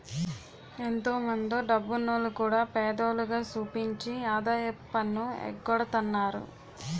ఎంతో మందో డబ్బున్నోల్లు కూడా పేదోల్లుగా సూపించి ఆదాయపు పన్ను ఎగ్గొడతన్నారు